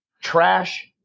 trash